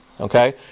Okay